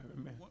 Amen